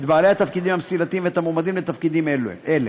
את בעלי התפקידים המסילתיים ואת המועמדים לתפקידים אלה.